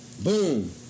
Boom